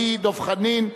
שהיא: דב חנין,